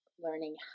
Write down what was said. learning